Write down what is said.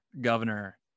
governor